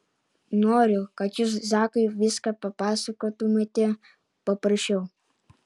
noriu kad jūs zakui viską papasakotumėte paprašiau